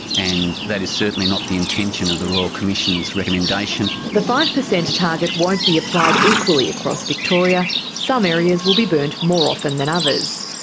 and that is certainly not the intention of the royal commission's recommendation. the five per cent target won't be applied equally across victoria some areas will be burnt more often than others.